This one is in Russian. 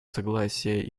согласия